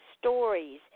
stories